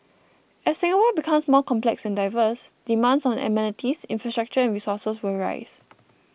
as Singapore becomes more complex and diverse demands on amenities infrastructure and resources will rise